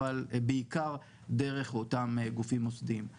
ומצד שני כמובן לאפשר את התחרות ההוגנת של אותם הגופים שאתה אחראי עליהם